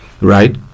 right